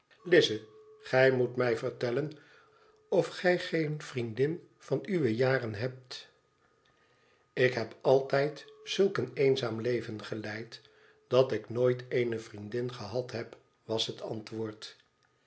gij moest mij vertellen of gij geene vriendin van uwe jaren hebt lik heb altijd zulk een eenzaam leven geleid dat ik nooit eene vriendin gehad heb was het antwoord